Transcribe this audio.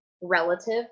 relative